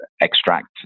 extract